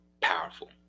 Powerful